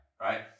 right